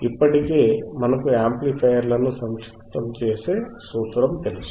ఇప్పటి కే మనకు ఆమ్ప్లిఫయర్లను సంక్షిప్తం చేసే సూత్రం తెలుసు